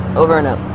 over and out.